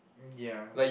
ya